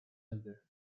other